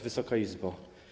Wysoka Izbo!